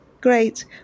Great